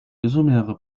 isomere